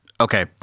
Okay